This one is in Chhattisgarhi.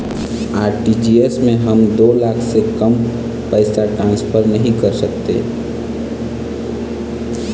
आर.टी.जी.एस काला कथें?